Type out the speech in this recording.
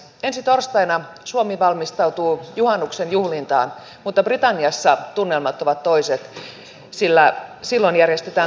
ensi torstaina suomi valmistautuu juhannuksen juhlintaan mutta britanniassa tunnelmat ovat toiset sillä silloin järjestetään kansanäänestys